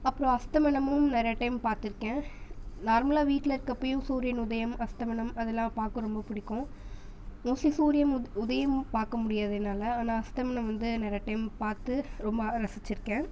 அப்றோம் அஸ்தமனமும் நிறைய டைம் பார்த்துருக்கேன் நார்மலாக வீட்டில் இருக்கப்பையும் சூரியன் உதயம் அஸ்தமனம் அதுலாம் பார்க்க ரொம்ப பிடிக்கும் மோஸ்ட்லி சூரியம் உத் உதயம் பார்க்க முடியாது என்னால் ஆனால் அஸ்தமனம் வந்து நிறையா டைம் பார்த்து ரொம்ப ரசித்துருக்கேன்